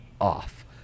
off